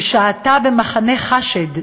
היא שהתה במחנה "חאשד",